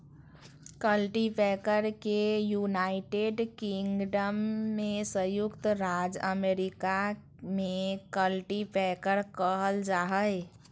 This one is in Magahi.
कल्टीपैकर के यूनाइटेड किंगडम में संयुक्त राज्य अमेरिका में कल्टीपैकर कहल जा हइ